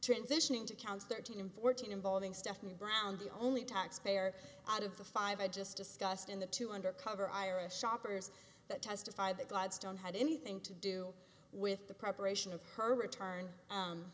transitioning to counts thirteen and fourteen involving stephanie brown the only taxpayer out of the five i just discussed in the two undercover ira shoppers that testified that gladstone had anything to do with the preparation of her return